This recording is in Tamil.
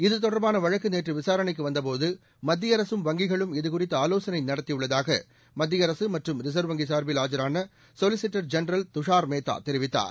இத்தொடர்பாள வழக்கு நேற்று விசாரணைக்கு வந்தபோது மத்திய அரசும் வங்கிகளும் இதுகுறித்து ஆவோசனை நடத்தியுள்ளதாக மத்திய அரசு மற்றும் ரிசர்வ் வங்கி சார்பில் ஆஜரான சொலிசிட்டர் ஜெனரல் துஷார் மேத்தா தெரிவித்தார்